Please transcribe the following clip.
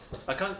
I can't